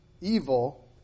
evil